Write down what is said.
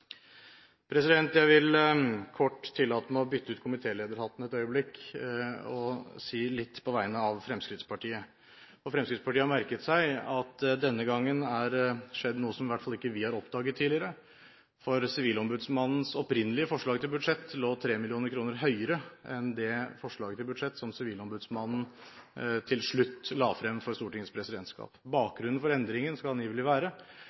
leiligheter. Jeg vil kort tillate meg å bytte ut komitélederhatten et øyeblikk og si litt på vegne av Fremskrittspartiet. Fremskrittspartiet har merket seg at det denne gangen er skjedd noe som i hvert fall ikke vi har oppdaget tidligere. Sivilombudsmannens opprinnelige forslag til budsjett lå nemlig 3 mill. kr høyere enn det forslaget til budsjett som sivilombudsmannen til slutt la frem for Stortingets presidentskap. Bakgrunnen for endringen skal angivelig være